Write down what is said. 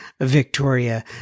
Victoria